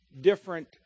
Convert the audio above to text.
different